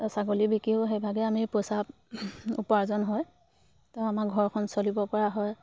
ত' ছাগলী বিকিও সেইভাগে আমি পইচা উপাৰ্জন হয় ত' আমাৰ ঘৰখন চলিব পৰা হয়